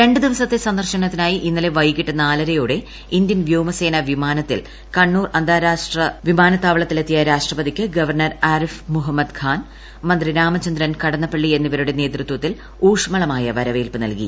രണ്ടു ദിവസത്തെ സന്ദർശനത്തിനായി ഇന്നലെ വൈകിട്ട് നാലരയോടെ ഇന്ത്യൻ വ്യോമസേനാ വിമാനത്തിൽ കണ്ണൂർ അന്താരാഷ്ട്ര വിമാനത്താവളത്തിലെത്തിയ രാഷ്ട്രപതിക്ക് ഗവർണർ ആരിഫ് മുഹമ്മദ് ഖാൻ മന്ത്രി രാമചന്ദ്രൻ കടന്നപ്പള്ളി എന്നിവരുടെ നേതൃത്വത്തിൽ ഊഷ്മളമായ വരവേൽപ്പ് നൽകി